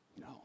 No